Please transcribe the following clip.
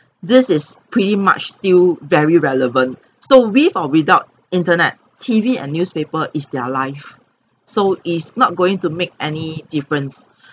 this is pretty much still very relevant so with or without internet T_V and newspaper is their life so it's not going to make any difference